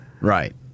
Right